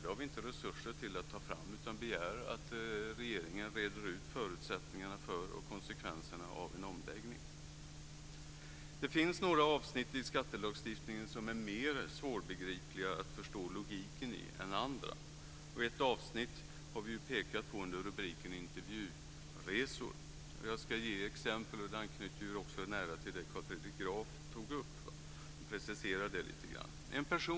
Det har vi inte resurser till att ta fram, utan vi begär att regeringen reder ut förutsättningarna för och konsekvenserna av en omläggning. Det finns några avsnitt i skattelagstiftningen som är mer svårbegripliga i fråga om logiken än andra. Ett avsnitt har vi pekat på under rubriken Intervjuresor. Jag ska ge ett exempel, och det anknyter nära till det som Carl Fredrik Graf tog upp och preciserar det lite grann. TV.